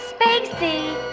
spacey